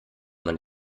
man